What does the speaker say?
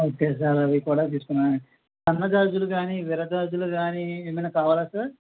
okay sir అవి కూడా తీసుకుంటాం సన్నజాజులు కానీ విరజాజులు కానీ ఏమన్నా కావాలా సార్